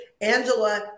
Angela